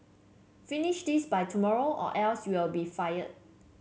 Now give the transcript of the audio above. finish this by tomorrow or else you'll be fired